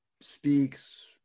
speaks